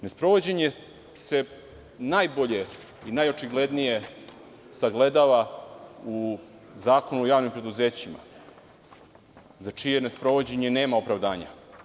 Nesprovođenje se najbolje i najočiglednije sagledava u Zakonu o javnim preduzećima za čije nesprovođenje nema opravdanja.